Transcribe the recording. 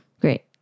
Great